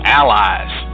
allies